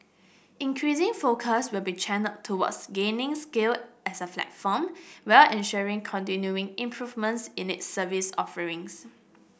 increasing focus will be channelled towards gaining scale as a platform while ensuring continuing improvements in its service offerings